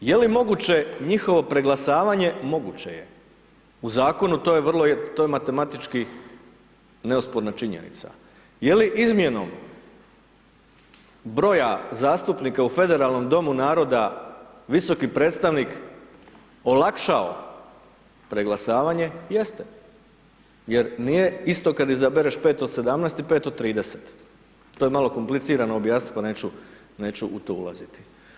Je li moguće njihovo preglasavanje, moguće je, u zakonu to je matematički neosporna činjenica, je li izmjenom broja zastupnika u federalnom domu naroda visok predstavnik olakšao preglasavanje, jeste, jer nije isto kad izabereš 5 od 17 i 5 od 30, to je malo komplicirano objasnih pa neću, neću u to ulaziti.